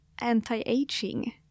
anti-aging